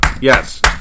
yes